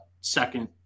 second